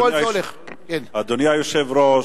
אדוני היושב-ראש,